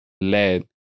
led